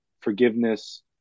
forgiveness